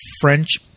French